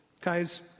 Guys